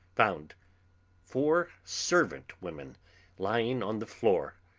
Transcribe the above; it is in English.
found four servant-women lying on the floor.